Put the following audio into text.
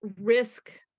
risk